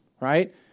right